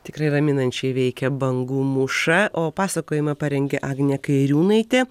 tikrai raminančiai veikia bangų mūša o pasakojimą parengė agnė kairiūnaitė